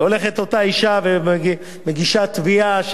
הולכת אותה אשה ומגישה תביעה,